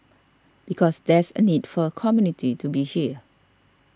because there's a need for a community to be here